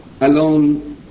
alone